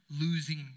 losing